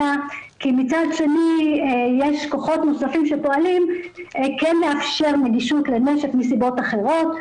כי מצד שני יש כוחות נוספים שפועלים כן לאפשר נגישות לנשק מסיבות אחרות,